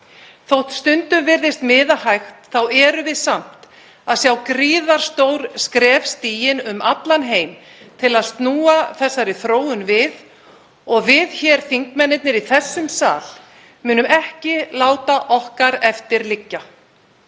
Þótt stundum virðist miða hægt þá sjáum við samt gríðarstór skref stigin um allan heim til að snúa þessari þróun við og við hér, þingmennirnir í þessum sal, munum ekki láta okkar eftir liggja.